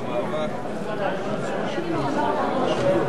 אלקין מוותר, אז אני אזמין את השר.